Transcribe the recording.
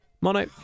Mono